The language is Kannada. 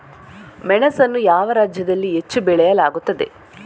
ಮೆಣಸನ್ನು ಯಾವ ರಾಜ್ಯದಲ್ಲಿ ಹೆಚ್ಚು ಬೆಳೆಯಲಾಗುತ್ತದೆ?